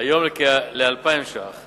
היום לכ-2,000 שקלים